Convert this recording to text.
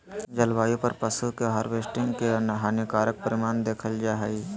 जलवायु पर पशु के हार्वेस्टिंग के हानिकारक परिणाम देखल जा हइ